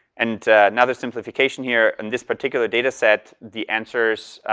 and another simplification here. in this particular dataset, the answers,